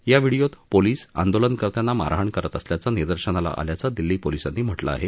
या व्हिडिओत पोलीस आंदोलनकर्त्याना मारहाण करत असल्याचं निदर्शनाला आल्याचं दिल्ली पोलीसांनी म्हटलं आहे